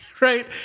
right